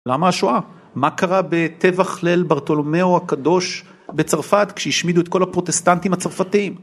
למה השואה? מה קרה בטבח ליל ברטולומיאו הקדוש בצרפת כשהשמידו את כל הפרוטסטנטים הצרפתיים?